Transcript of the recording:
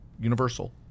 universal